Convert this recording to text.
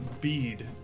bead